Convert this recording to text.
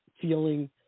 feeling